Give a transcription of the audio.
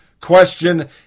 question